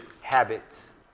habits